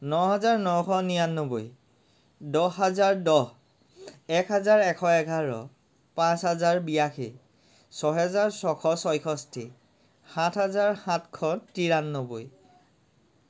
ন হাজাৰ নশ নিৰান্নবৈ দহ হাজাৰ দহ এক হাজাৰ এশ এঘাৰ পাঁচ হাজাৰ বিৰাশী ছয় হেজাৰ ছয়শ ছয়ষষ্টি সাত হাজাৰ সাতশ তিৰান্নবৈ